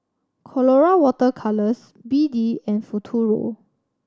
Colora Water Colours B D and Futuro